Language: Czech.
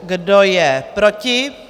Kdo je proti?